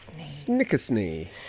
Snickersnee